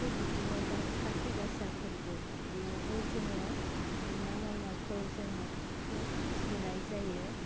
थिक बिदिनो खाथि आसा फोर्बो बेवबो जोङो बिमा मायनावखौ जोङो फुजिनाय जायो